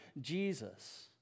Jesus